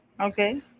Okay